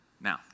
Now